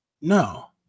No